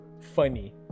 funny